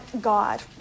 God